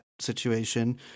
situation